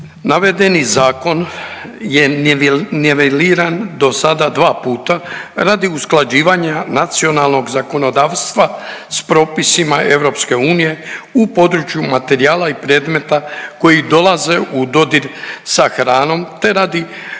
Navedeni zakon je niveliran do sada dva puta radi usklađivanja nacionalnog zakonodavstva s propisima EU u području materijala i predmeta koji dolaze u dodir sa hranom te radi